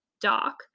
Doc